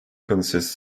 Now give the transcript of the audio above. consist